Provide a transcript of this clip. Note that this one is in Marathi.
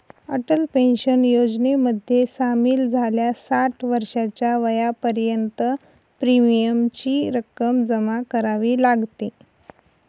अटल पेन्शन योजनेमध्ये सामील झाल्यास साठ वर्षाच्या वयापर्यंत प्रीमियमची रक्कम जमा करावी लागते